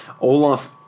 Olaf